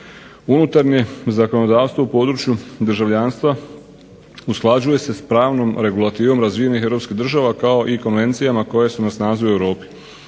Unutarnje zakonodavstvo u području državljanstva usklađuje se s pravnom regulativom razvijenih europskih država kao i konvencijama koje su na snazi u Europi.